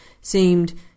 seemed